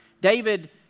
David